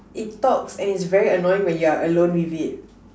it talks and it's very annoying when you're alone with it